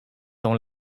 dont